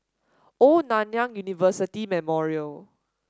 Old Nanyang University Memorial